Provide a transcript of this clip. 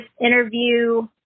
interview